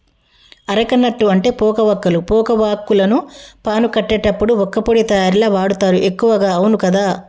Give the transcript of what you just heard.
areca nut అంటే పోక వక్కలు, పోక వాక్కులను పాను కట్టేటప్పుడు వక్కపొడి తయారీల వాడుతారు ఎక్కువగా అవును కదా